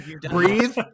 breathe